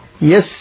Yes